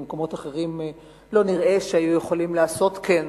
כי במקומות אחרים לא נראה שהיו יכולים לעשות כן.